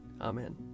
Amen